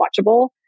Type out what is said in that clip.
watchable